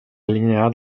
alinear